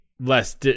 less